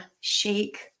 shake